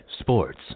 sports